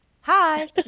Hi